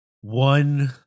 one